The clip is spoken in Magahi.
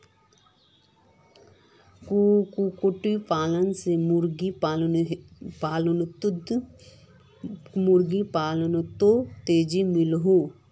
कुक्कुट पालन से मुर्गा पालानोत तेज़ी मिलोहो